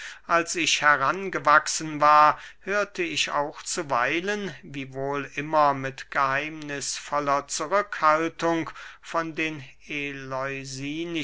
als ich heran gewachsen war hörte ich auch zuweilen wiewohl immer mit geheimnißvoller zurückhaltung von den